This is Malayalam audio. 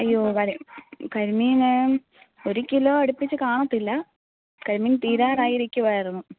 അയ്യോ വരെ കരിമീൻ ഒരു കിലോ അടുപ്പിച്ച് കാണത്തില്ല കരിമീൻ തീരാറായി ഇരിക്കുവായിരുന്നു